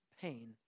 pain